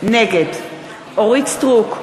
נגד אורית סטרוק,